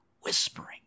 whispering